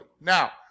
Now